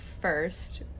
first